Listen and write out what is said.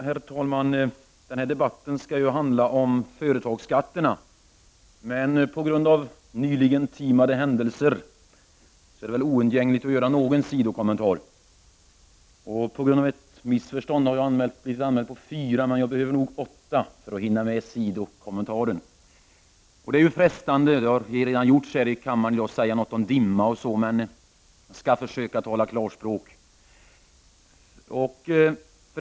Herr talman! Denna debatt skall handla om företagsskatterna, men på grund av nyligen timade händelser är det oundgängligt att göra någon sido kommentar. På grund av ett missförstånd har jag blivit anmäld för fyra minuter, men jag behöver nog åtta minuter för att hinna med sidokommentaren. Det är frestande att säga något om dimma — och det har redan gjorts här i kammaren i dag — men jag skall försöka tala klarspråk.